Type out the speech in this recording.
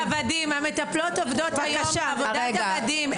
המטפלות עובדות היום עבודת עבדים,